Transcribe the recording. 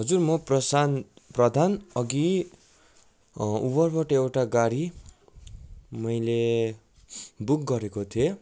हजुर म प्रशान्त प्रधान अघि उबरबाट एउटा गाडी मैले बुक गरेको थिएँ